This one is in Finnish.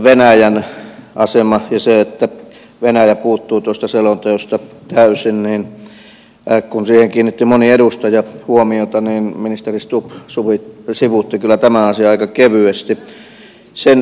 venäjän asemaan nähden ja siihen nähden että venäjä puuttuu tuosta selonteosta täysin kun siihen kiinnitti moni edustaja huomiota ministeri stubb sivuutti kyllä tämän asian aika kevyesti